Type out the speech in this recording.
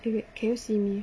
K wait can you see me